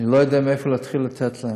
אני לא יודע מאיפה להתחיל לתת להם.